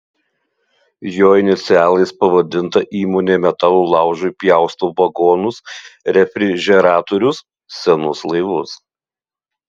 jo inicialais pavadinta įmonė metalo laužui pjausto vagonus refrižeratorius senus laivus